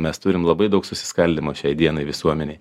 mes turim labai daug susiskaldymo šiai dienai visuomenėj